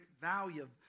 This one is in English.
value